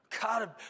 God